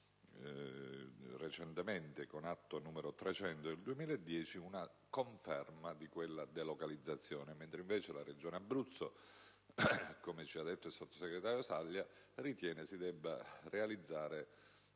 recentemente, con l'atto n. 300 del 2010, una conferma di quella delocalizzazione, mentre la Regione Abruzzo - come ci ha detto il Sottosegretario - ritiene si debba realizzare